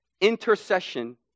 Intercession